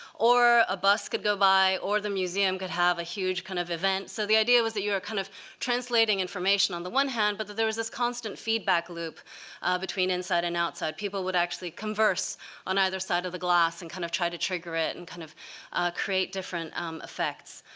or a bus could go by, or the museum could have a huge kind of event. so the idea was that you were kind of translating information on the one hand, but that there was this constant feedback loop between inside and outside. people would actually converse on either side of the glass and kind of try to trigger it and create different um effects.